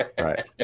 right